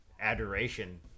adoration